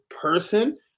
person